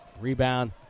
Rebound